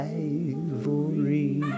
ivory